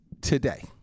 today